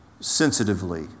sensitively